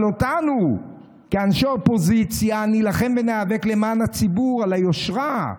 אבל אנחנו כאנשי אופוזיציה נילחם וניאבק למען הציבור על היושרה.